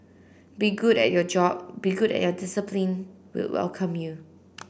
be good at your job be good at your discipline we'll welcome you